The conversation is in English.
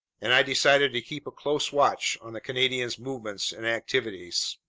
and i decided to keep a close watch on the canadian's movements and activities.